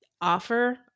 offer